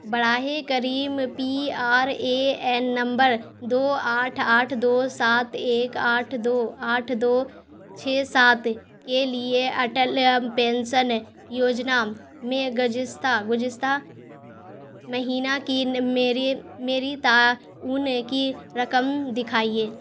براہ کریم P R A N نمبر دو آٹھ آٹھ دو سات ایک آٹھ دو آٹھ دو چھ سات کے لیے اٹل پینشن یوجنا میں گذشتہ گذشتہ مہینہ کی میری میری تعاون کی رقم دکھائیے